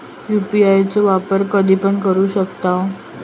UPI चो वापर कधीपण करू शकतव?